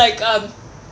like um